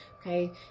okay